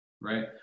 right